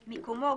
מיקומו,